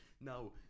now